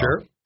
sure